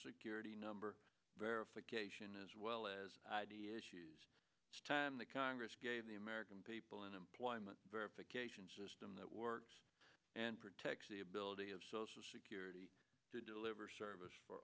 security number verification as well as the issues time the congress gave the american people an employment verification system that works and protects the ability of social security to deliver service for